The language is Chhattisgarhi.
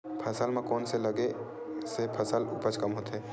फसल म कोन से लगे से फसल उपज कम होथे?